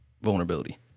vulnerability